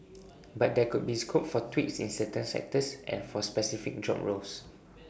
but there could be scope for tweaks in certain sectors and for specific job roles